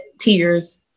tears